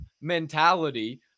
mentality